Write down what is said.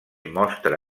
mostra